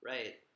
Right